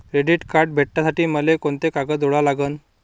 Credit card भेटासाठी मले कोंते कागद जोडा लागन?